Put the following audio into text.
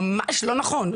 זה ממש לא נכון,